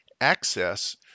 access